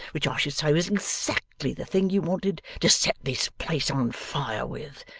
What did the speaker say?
which i should say was exactly the thing you wanted to set this place on fire with.